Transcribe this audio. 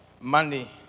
money